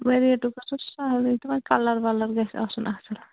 وَ ریٹُک صحلٕے تہٕ وَنۍ کَلَر وَلَر گَژھِ آسُن اَصٕل